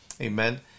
Amen